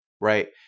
right